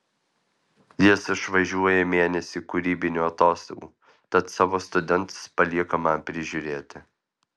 jis išvažiuoja mėnesiui kūrybinių atostogų tad savo studentus palieka man prižiūrėti